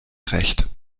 recht